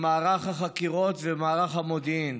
מערך החקירות ומערך המודיעין.